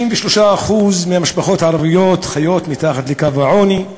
53% מהמשפחות הערביות חיות מתחת לקו העוני.